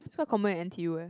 that's quite common in n_t_u eh